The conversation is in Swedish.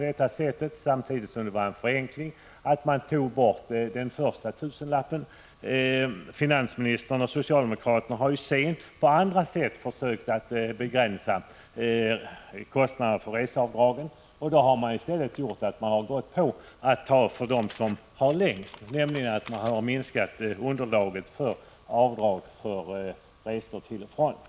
Det innebar samtidigt en förenkling att man tog bort den första tusenlappen. Finansministern och socialdemokraterna har sedan på andra sätt försökt begränsa kostnaderna för reseavdragen. Då har man i stället infört begränsning av avdragsrätten för dem som har de längsta resorna till och från arbetet.